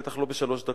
בטח לא בשלוש דקות.